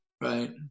Right